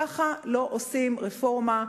כך לא עושים רפורמה.